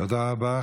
תודה רבה.